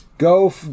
Go